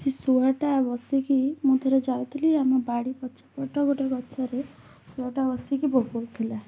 ସେଇ ଶୁଆଟା ବସିକି ମୁଁ ଥରେ ଯାଉଥିଲି ଆମ ବାଡ଼ି ପଛପଟ ଗୋଟେ ଗଛରେ ଶୁଆଟା ବସିକି ବୋବୋଉଥିଲା